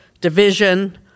division